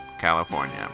California